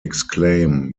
exclaim